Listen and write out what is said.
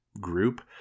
group